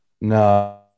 No